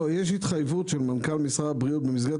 יש התחייבות של מנכ"ל משרד הבריאות במסגרת